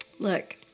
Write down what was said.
Look